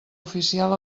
oficial